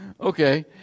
okay